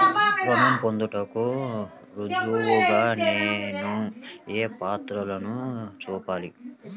రుణం పొందేందుకు రుజువుగా నేను ఏ పత్రాలను చూపాలి?